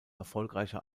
erfolgreicher